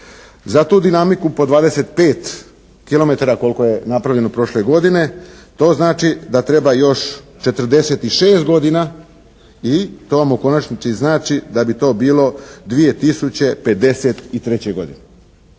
za tu dinamiku po 25 kilometara koliko je napravljeno prošle godine, to znači da treba još 46 godina i to vam u konačnici znači da bi to bilo 2053. godine.